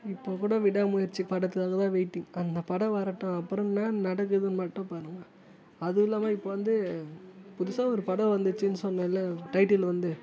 இப்போ கூட விடாமுயற்சி படத்துக்காக தான் வெயிட்டிங் அந்த படம் வரட்டும் அப்புறம் என்ன நடக்குதுன்னு மட்டும் பாருங்கள் அதுவும் இல்லாமல் இப்போ வந்து புதுசாக ஒரு படம் வந்துச்சுன்னு சொன்னேன்ல டைட்டில் வந்து